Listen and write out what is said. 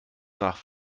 nach